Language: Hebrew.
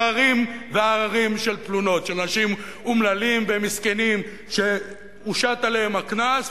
הררים והררים של תלונות של אנשים אומללים ומסכנים שהושת עליהם הקנס,